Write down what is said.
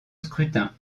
scrutin